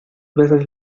veces